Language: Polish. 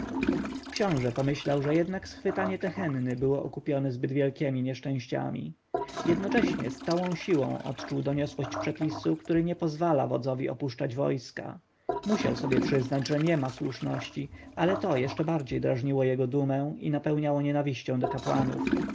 książę pomyślał że jednak schwytanie tehenny było okupione zbyt wielkiemi nieszczęściami jednocześnie z całą siłą odczuł doniosłość przepisu który nie pozwala wodzowi opuszczać wojska musiał sobie przyznać że nie ma słuszności ale to jeszcze bardziej drażniło jego dumę i napełniało nienawiścią do kapłanów